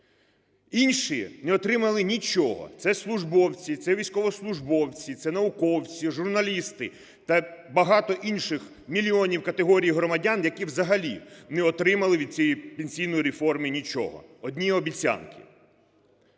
інші не отримали нічого – це службовці, це військовослужбовці, це науковці, журналісти та багато інших мільйонів категорій громадян, які взагалі не отримали від цієї пенсійної реформи нічого, одні обіцянки.